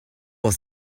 was